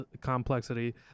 complexity